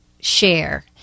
share